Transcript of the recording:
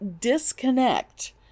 disconnect